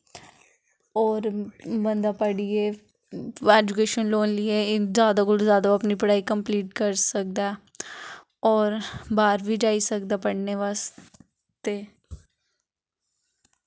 होर बंदा पढ़ियै ऐजुकेशन लोन लेइयै जैदा कोला जैदा ओह् अपनी कंपलीट करी सकदा ऐ होर बाह्र बी जाई सकदा पढ़नै आस्तै